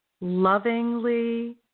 lovingly